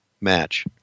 match